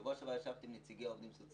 בשבוע שעבר ישבתי עם נציגי העובדים הסוציאליים.